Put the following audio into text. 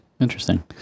Interesting